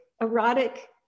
erotic